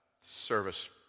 service